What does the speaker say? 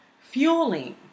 fueling